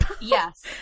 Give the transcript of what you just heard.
yes